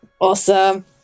Awesome